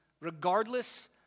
regardless